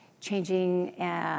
changing